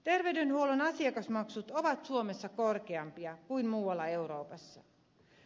terveydenhuollon asiakasmaksut ovat suomessa korkeampia kuin muualla euroopassa